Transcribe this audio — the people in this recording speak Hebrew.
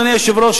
אדוני היושב-ראש,